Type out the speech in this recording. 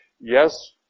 yes